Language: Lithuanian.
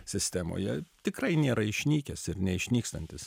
sistemoje tikrai nėra išnykęs ir neišnykstantis